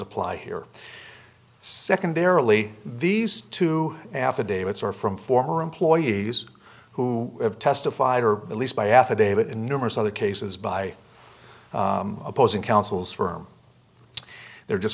apply here secondarily these two affidavits are from former employees who have testified or at least by affidavit in numerous other cases by opposing counsel's firm they're just